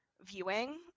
viewing